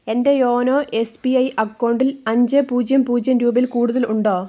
എൻ്റെ YONO S B I അക്കൗണ്ടിൽ അഞ്ച് പൂജ്യം പൂജ്യം രൂപയിൽ കൂടുതൽ ഉണ്ടോ